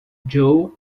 joe